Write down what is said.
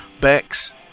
Bex